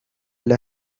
las